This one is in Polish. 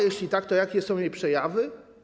Jeśli tak, to jakie są jej przejawy?